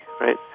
right